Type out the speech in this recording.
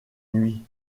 nuit